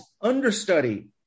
understudy